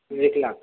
एक लाख